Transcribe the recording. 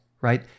right